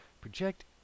Project